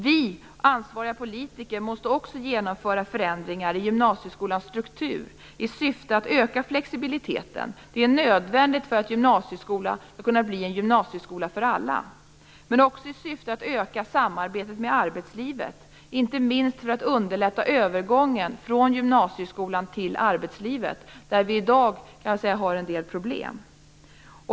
Vi ansvariga politiker måste också genomföra förändringar i gymnasieskolans struktur i syfte att öka flexibiliteten - det är nödvändigt för att gymnasieskolan skall kunna bli en gymnasieskola för alla - men också i syfte att öka samarbetet med arbetslivet, inte minst för att underlätta övergången från gymnasieskolan till arbetslivet, där det i dag finns en del problem.